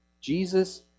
Jesus